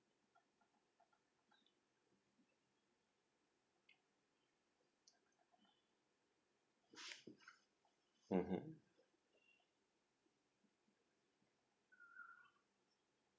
mmhmm